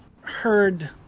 heard